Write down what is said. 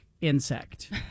insect